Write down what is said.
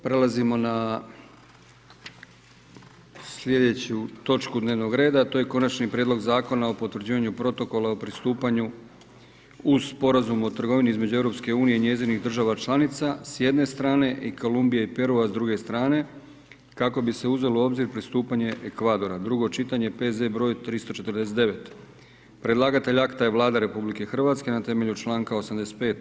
Prelazimo na sljedeću točku dnevnog rada a to je: - Konačni prijedlog Zakona o potvrđivanju protokola o pristupanju uz Sporazum o trgovini između Europske Unije i njezinih država članica, s jedne strane, i Kolumbije i Perua, s druge strane, kako bi se uzelo u obzir pristupanje Ekvadora, drugo čitanje, P.Z. br. 349.; Predlagatelj akta je Vlada RH na temelju članka 85.